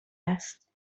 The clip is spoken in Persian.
است